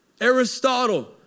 Aristotle